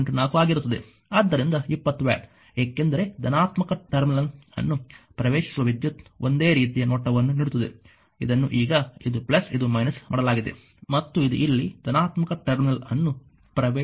ಆದ್ದರಿಂದ 20 ವ್ಯಾಟ್ ಏಕೆಂದರೆ ಧನಾತ್ಮಕ ಟರ್ಮಿನಲ್ ಅನ್ನು ಪ್ರವೇಶಿಸುವ ವಿದ್ಯುತ್ ಒಂದೇ ರೀತಿಯ ನೋಟವನ್ನು ನೀಡುತ್ತದೆ ಇದನ್ನು ಈಗ ಇದು ಇದು ಮಾಡಲಾಗಿದೆ ಮತ್ತು ಇದು ಇಲ್ಲಿ ಧನಾತ್ಮಕ ಟರ್ಮಿನಲ್ ಅನ್ನು ಪ್ರವೇಶಿಸುತ್ತದೆ